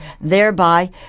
thereby